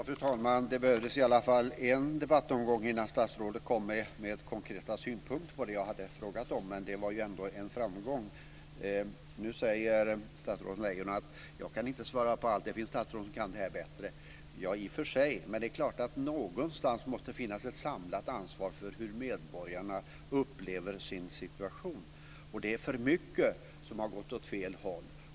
Fru talman! Det behövdes i varje fall en debattomgång innan statsrådet kom med konkreta synpunkter på det jag hade frågat om. Det var ändå en framgång. Nu säger statsrådet Lejon att hon inte kan svara på allt och att det finns statsråd som kan detta bättre. Det är i och för sig sant. Men någonstans måste det finnas ett samlat ansvar för hur medborgarna upplever sin situation. Det är för mycket som har gått åt fel håll.